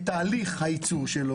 בתהליך הייצור שלו,